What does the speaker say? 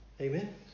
Amen